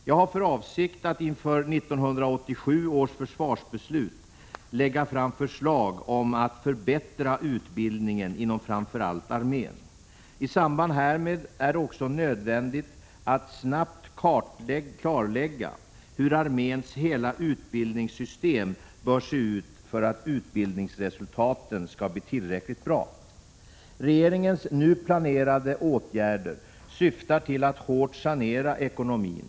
Jag har för avsikt att inför 1987 års försvarsbeslut lägga fram förslag om att förbättra utbildningen inom framför allt armén. I samband härmed är det också nödvändigt att snabbt klarlägga hur arméns hela utbildningssystem bör se ut för att utbildningsresultaten skall bli tillräckligt bra. Regeringens nu planerade åtgärder syftar till att hårt sanera ekonomin.